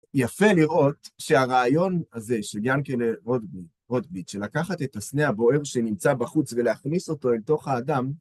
יפה לראות שהרעיון הזה של ינקעלה רוטביץ', של לקחת את הסנה הבוער שנמצא בחוץ ולהכניס אותו אל תוך האדם,